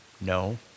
No